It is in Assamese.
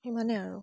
সিমানে আৰু